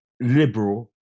Liberal